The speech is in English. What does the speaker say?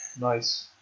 Nice